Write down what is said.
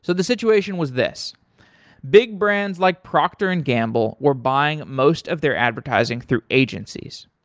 so the situation was this big brands like procter and gamble were buying most of their advertising through agencies.